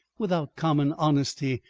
without common honesty,